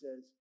says